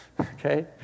Okay